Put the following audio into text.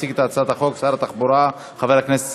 הצעת חוק לתיקון פקודת הקרקעות (רכישה לצורכי ציבור) (מס' 3)